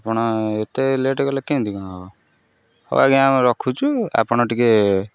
ଆପଣ ଏତେ ଲେଟ୍ କଲେ କେମିତି କ'ଣ ହେବ ହଉ ଆଜ୍ଞା ଆମ ରଖୁଛୁ ଆପଣ ଟିକିଏ